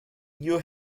you